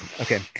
Okay